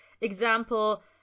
example